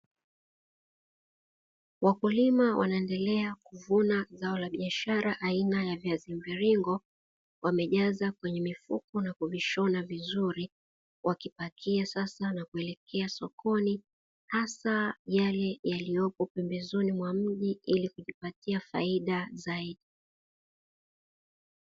Wakulima wanaendelea kuvuna zao la biashara aina ya viazi mviringo, wamejaza kwenye mifuko na kuvishona vizuri; wakipakia sasa na kuelekea sokoni asa yale yaliyopo pembezoni mwa mji ili kujipatia faida zaidi.